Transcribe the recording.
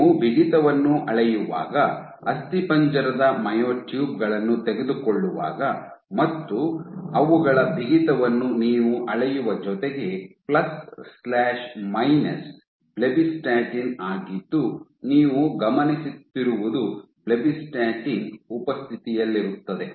ನೀವು ಬಿಗಿತವನ್ನು ಅಳೆಯುವಾಗ ಅಸ್ಥಿಪಂಜರದ ಮಯೋಟ್ಯೂಬ್ ಗಳನ್ನು ತೆಗೆದುಕೊಳ್ಳುವಾಗ ಮತ್ತು ಅವುಗಳ ಬಿಗಿತವನ್ನು ನೀವು ಅಳೆಯುವ ಜೊತೆಗೆ plus minus plus minus blebbistatin ಆಗಿದ್ದು ನೀವು ಗಮನಿಸುತ್ತಿರುವುದು ಬ್ಲೆಬಿಸ್ಟಾಟಿನ್ ಉಪಸ್ಥಿತಿಯಲ್ಲಿರುತ್ತದೆ